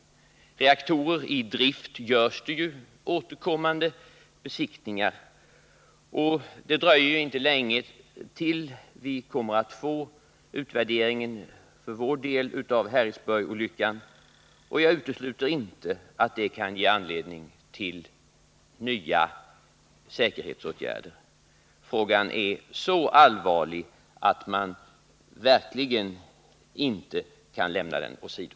På reaktorer i drift görs det också återkommande besiktningar. Men det dröjer inte länge tills vi för vår del kommer att få utvärderingen av Harrisburgsolyckan, och jag utesluter inte att det kan ge anledning till nya säkerhetsåtgärder. Frågan är så allvarlig att man verkligen inte kan lämna den åsido.